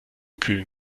kühlen